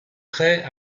traits